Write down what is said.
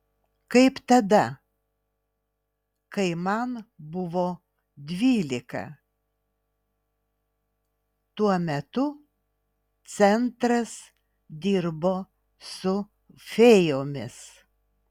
kaip tada kai man buvo dvylika tuo metu centras dirbo su fėjomis